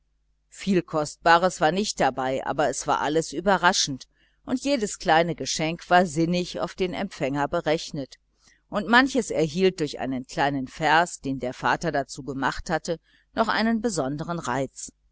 viel kostbares war nicht dabei aber es war alles überraschend und jedes kleine geschenk war sinnig auf den empfänger berechnet und manches erhielt durch einen kleinen vers den der vater dazu gemacht hatte noch einen besonderen reiz